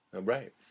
Right